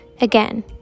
again